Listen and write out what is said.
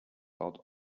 laut